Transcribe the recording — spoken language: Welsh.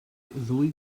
ddwy